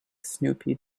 snoopy